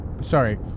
Sorry